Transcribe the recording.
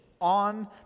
on